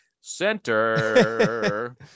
center